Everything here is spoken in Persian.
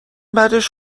بعدش